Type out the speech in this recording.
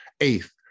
eighth